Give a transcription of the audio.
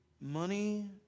money